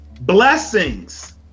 blessings